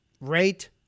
rate